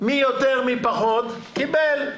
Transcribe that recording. מי יותר ומי פחות, קיבל.